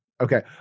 Okay